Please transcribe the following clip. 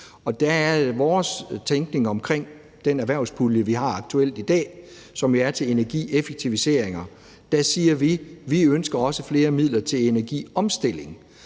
der er vores tænkning omkring den erhvervspulje, vi har aktuelt i dag, som jo er til energieffektiviseringer, at vi også ønsker flere midler til energiomstilling.